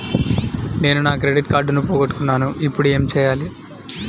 నేను నా క్రెడిట్ కార్డును పోగొట్టుకున్నాను ఇపుడు ఏం చేయాలి?